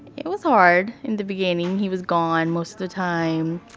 it was hard. in the beginning, he was gone most of the time.